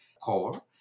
core